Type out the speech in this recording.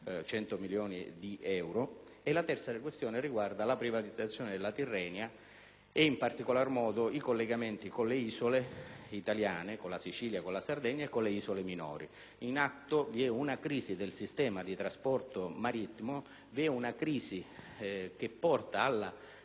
2,1 miliardi di euro. Infine, la terza questione riguarda la privatizzazione della Tirrenia e, in particolar modo, i collegamenti con le isole italiane, la Sicilia, la Sardegna e le isole minori. In atto vi è una crisi del sistema di trasporto marittimo che porta alla